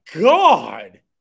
God